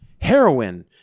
heroin